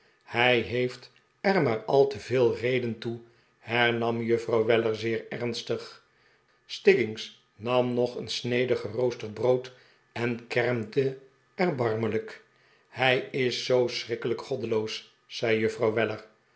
hij heeft er maar al te veel reden toe hernam juffrouw weller zeer ernstig stiggins nam nog een snede geroosterd brood en kermde erbarmelijk rr hij is zoo schrikkelijk goddeloos zei juffrouw weller